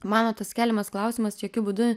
mano tas keliamas klausimas jokiu būdu